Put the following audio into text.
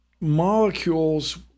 molecules